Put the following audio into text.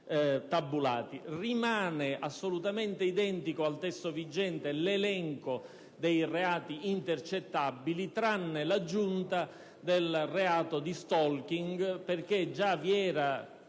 tabulati. Rimane assolutamente identico al testo vigente l'elenco dei reati intercettabili, tranne che per l'aggiunta del reato di *stalking*, perché tra i vari